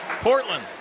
Portland